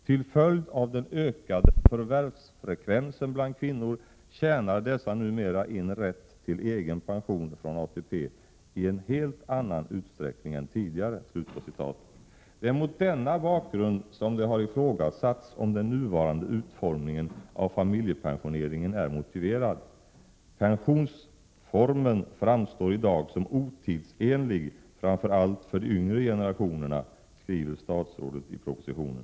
Till följd av den ökade förvärvsfrekvensen bland kvinnor tjänar dessa numera in rätt till egenpension från ATP i en helt annan utsträckning än tidigare.” Det är mot denna bakgrund som det har ifrågasatts om den nuvarande Prot. 1987/88:138 utformningen av familjepensioneringen är motiverad. ”Pensionsformen 10 juni 1988 framstår i dag som otidsenlig framför allt för de yngre generationerna”, E : 23 Reformering av den skriver statsrådet i propositionen.